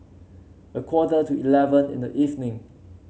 a quarter to eleven in the evening